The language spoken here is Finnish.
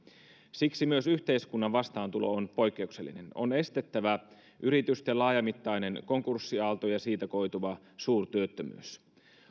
siksi myös yhteiskunnan vastaantulo on poikkeuksellinen on estettävä yritysten laajamittainen konkurssiaalto ja siitä koituva suurtyöttömyys